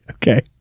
okay